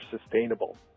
sustainable